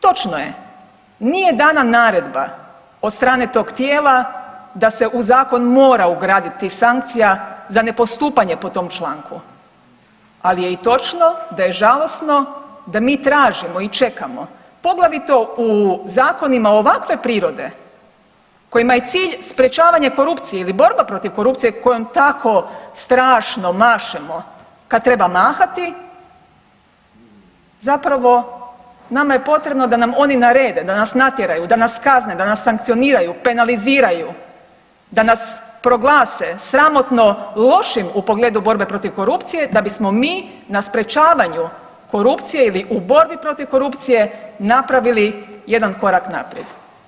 Točno je nije dana naredba od strane tog tijela da se u zakon mora ugraditi sankcija za ne postupanje po tom članku, ali je i točno da je žalosno da mi tražimo i čekamo poglavito u zakonima ovakve prirode kojima je cilj sprječavanje korupcije ili borba protiv korupcije kojom tako strašno mašemo kad treba mahati, zapravo nama je potrebno da nam oni narede, da nas natjeraju, da nas kazne, da nas sankcioniraju, penaliziraju, da nas proglase sramotno lošim u pogledu borbe protiv korupcije da bismo mi na sprječavanju korupcije ili u borbi protiv korupcije napravili jedan korak naprijed.